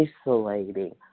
isolating